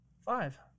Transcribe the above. Five